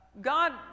God